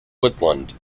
woodland